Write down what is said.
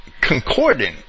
concordant